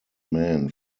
men